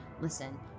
listen